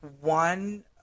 One